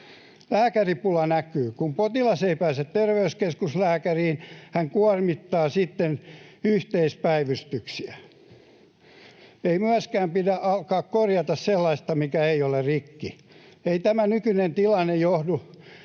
Lääkäripula näkyy. Kun potilas ei pääse terveyskeskuslääkäriin, hän kuormittaa sitten yhteispäivystyksiä. Ei myöskään pidä alkaa korjata sellaista, mikä ei ole rikki. Ei tämä nykyinen tilanne johdu